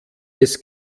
des